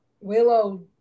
Willow